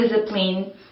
discipline